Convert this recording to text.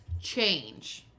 change